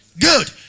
Good